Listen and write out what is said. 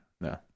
no